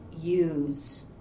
use